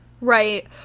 right